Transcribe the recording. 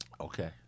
okay